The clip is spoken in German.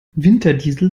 winterdiesel